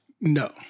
No